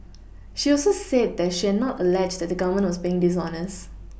she also said that she had not alleged that the Government was being dishonest